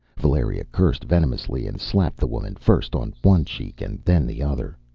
valeria cursed venomously and slapped the woman first on one cheek and then the other.